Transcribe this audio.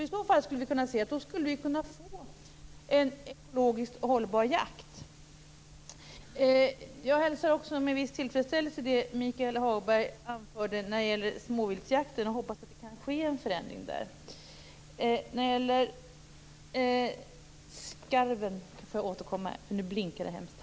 I så fall skulle vi kunna få en ekologiskt hållbar jakt. Jag hälsar också med viss tillfredsställelse det Michael Hagberg anförde om småviltsjakten. Jag hoppas att det kan ske en förändring där. Jag får återkomma till skarven senare.